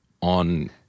on